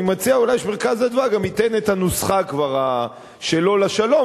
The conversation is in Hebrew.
מציע אולי ש"מרכז אדוה" גם ייתן כבר את הנוסחה שלו לשלום,